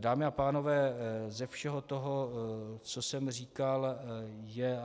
Dámy a pánové, ze všeho toho, co jsem říkal, je